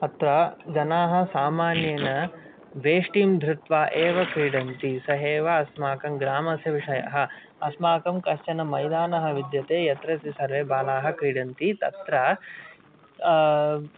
अत्र जनाः सामान्येन वेष्टीं धृत्वा एव क्रीडन्ति सहेव अस्माकं ग्रामस्य विषयः अस्माकं कश्चन् मैदानः विद्यते यत्र च सर्वे बालाः क्रीडन्ति तत्र